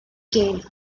gay